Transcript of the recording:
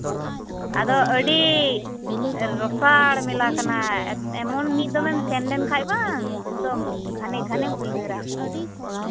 ᱟᱫᱚ ᱟᱹᱰᱤ ᱨᱚᱥᱟᱲ ᱢᱮᱞᱟ ᱠᱟᱱᱟ ᱮᱢᱚᱱ ᱢᱤᱫ ᱫᱚᱢ ᱮᱢ ᱥᱮᱱ ᱞᱮᱱᱠᱷᱟᱡ ᱵᱟᱝ ᱮᱠᱫᱚᱢ ᱜᱷᱟᱱᱮ ᱜᱷᱟᱱᱮᱢ ᱩᱭᱦᱟᱹᱨᱟ